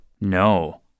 No